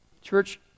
Church